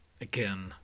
again